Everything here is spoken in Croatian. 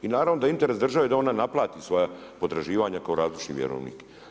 I naravno da je interes države da ona naplati svoja potraživanja kao razlučni vjerovnik.